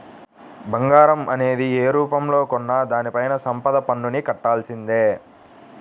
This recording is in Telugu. బంగారం అనేది యే రూపంలో కొన్నా దానిపైన సంపద పన్నుని కట్టాల్సిందే